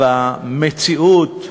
במציאות,